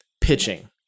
pitching